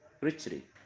richly